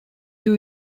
two